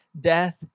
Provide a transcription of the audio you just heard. death